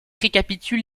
récapitule